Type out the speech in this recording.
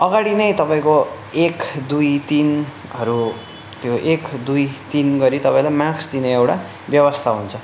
अघाडिक नै तपाईँको एक दुई तिनहरू त्यो एक दुई तिन गरि तपाईँलाई मार्क्स दिने एउटा व्यवस्था हुन्छ